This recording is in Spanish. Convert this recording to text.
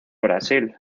brasil